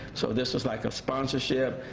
so this is like a sponsorship.